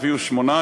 תביאו שמונה.